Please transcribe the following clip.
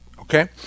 okay